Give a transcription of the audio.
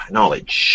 Knowledge